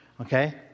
Okay